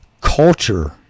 culture